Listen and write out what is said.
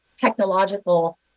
technological